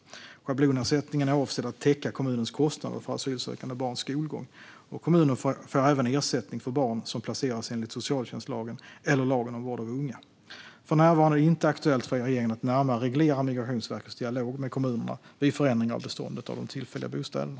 Schablonersättningen är avsedd att täcka kommunens kostnader för asylsökande barns skolgång. Kommunen får även ersättning för barn som placeras enligt socialtjänstlagen eller lagen om vård av unga. För närvarande är det inte aktuellt för regeringen att närmare reglera Migrationsverkets dialog med kommunerna vid förändringar av beståndet av de tillfälliga bostäderna.